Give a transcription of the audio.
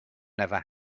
never